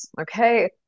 okay